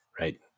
right